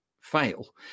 fail